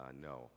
No